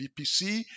VPC